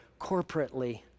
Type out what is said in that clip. corporately